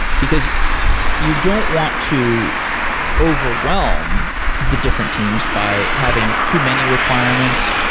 because you don't want to overwhelm the different teams by having too many requirements,